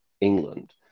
England